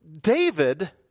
David